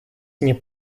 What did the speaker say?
nie